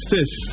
Fish